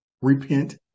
Repent